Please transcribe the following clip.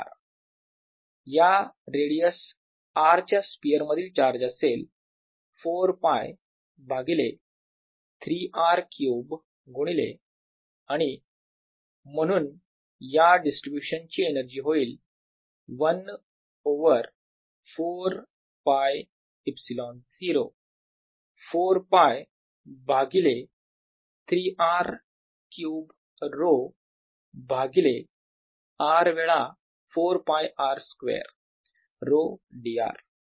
W14π0Qr4πr2ρdr या radius r च्या sphere मधील चार्ज असेल 4 π भागिले 3 r क्युब गुणिले ρ Qr4π3r3 आणि म्हणून या डिस्ट्रीब्यूशन ची एनर्जी होईल 1 ओवर 4 π ε0 4 π भागिले 3 r क्युब ρ भागिले r वेळा 4 π r स्क्वेअर ρ d r